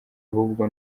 ahubwo